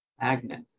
Agnes